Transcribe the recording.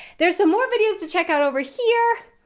there's some more videos to check out over here,